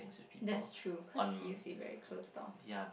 that's true cause he used say very close stuff